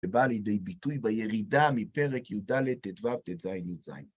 ובא לידי ביטוי בירידה מפרק י"ד ת' ו' ת' ז' י' ז'